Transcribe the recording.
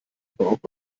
braucht